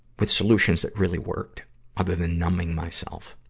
with solutions that really worked other than numbing myself.